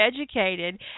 educated